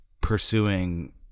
pursuing